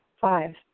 Five